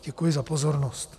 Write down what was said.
Děkuji za pozornost.